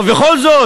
אבל בכל זאת,